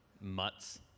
mutts